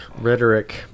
rhetoric